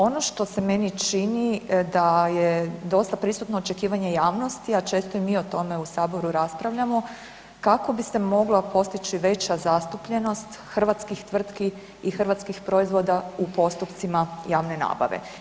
Ono što se meni čini da je dosta prisutno očekivanje javnosti a često i mi o tome u Saboru raspravljamo, kako bi se mogla postići veća zastupljenost hrvatskih tvrtki i hrvatskih proizvoda u postupcima javne nabave?